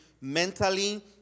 mentally